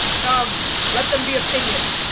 come, let them be opinioned.